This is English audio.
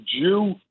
jew